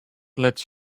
let